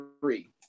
three